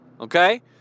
Okay